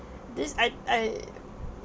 this I I